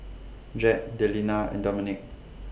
Jett Delina and Dominque